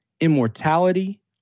immortality